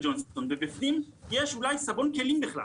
ג'ונסון ובפנים יש אולי סבון כלים בכלל,